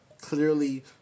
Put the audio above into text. clearly